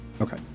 Okay